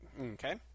Okay